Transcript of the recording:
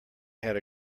had